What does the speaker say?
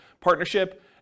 partnership